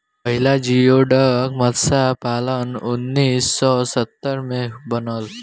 पहिला जियोडक मतस्य पालन उन्नीस सौ सत्तर में बनल